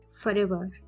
forever